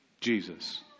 Jesus